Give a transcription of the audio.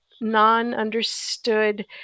non-understood